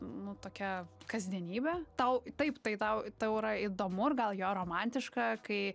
nu tokia kasdienybė tau taip tai tau tau yra įdomu ir gal jo romantiška kai